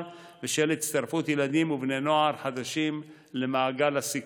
ושל הצטרפות ילדים ובני נוער חדשים למעגל הסיכון.